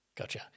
Gotcha